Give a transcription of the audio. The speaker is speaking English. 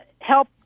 help